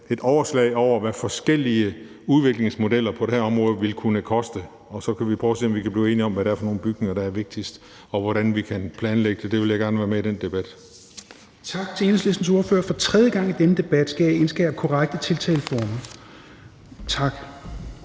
et overslag over, hvad forskellige udviklingsmodeller på det område vil kunne koste, og så kan vi prøve at se, om vi kan blive enige om, hvad det er for nogle bygninger, der er vigtigst, og hvordan vi kan planlægge det. Den debat vil jeg gerne være med i. Kl.